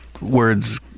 words